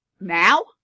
now